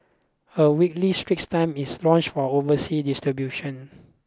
a weekly Straits Times is launched for overseas distribution